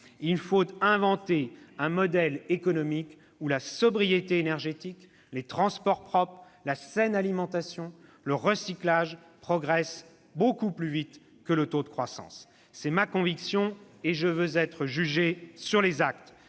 Il faut inventer un modèle économique où la sobriété énergétique, les transports propres, la saine alimentation, le recyclage progressent beaucoup plus vite que le taux de croissance. C'est ma conviction, et je veux être jugé sur les actes.